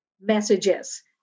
messages